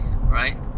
right